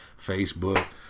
Facebook